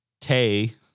Tay